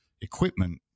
equipment